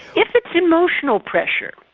if it's emotional pressure,